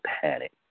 panic